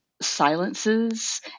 silences